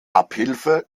abhilfe